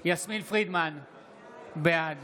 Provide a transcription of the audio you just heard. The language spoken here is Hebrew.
בעד